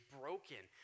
broken